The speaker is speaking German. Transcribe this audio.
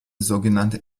sogenannte